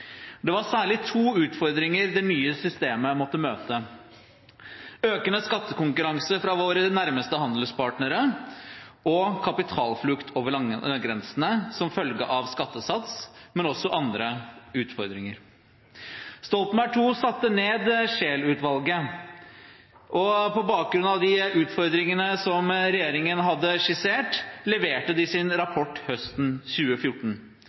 Det var særlig to utfordringer det nye systemet måtte møte, økende skattekonkurranse fra våre nærmeste handelspartnere og kapitalflukt over landegrensene som følge av skattesats, men også andre utfordringer. Stoltenberg II satte ned Scheel-utvalget, og på bakgrunn av de utfordringene som regjeringen hadde skissert, leverte de sin rapport høsten 2014.